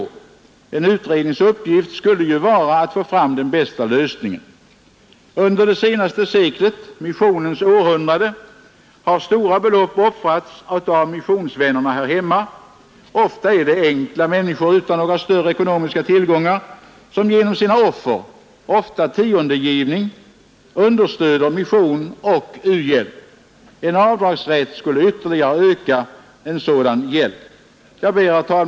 En utrednings uppgift skulle ju vara att få fram den bästa lösningen. Under det senaste seklet — missionens århundrande — har stora belopp offrats av missionsvännerna här hemma. Ofta är det enkla människor utan några större ekonomiska tillgångar, som genom sina offer — ofta tiondegivande — understödjer mission och u-hjälp. En avdragsrätt skulle ytterligare öka sådan hjälp. Herr talman!